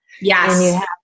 Yes